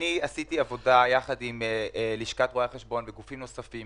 עשיתי עבודה יחד עם לשכת רואי החשבון וגופים נוספים,